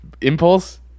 impulse